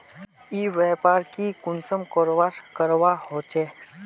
ई व्यापार की कुंसम करवार करवा होचे?